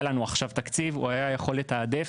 היה לנו עכשיו תקציב, הוא היה יכול לתעדף.